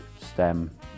Stem